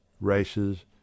races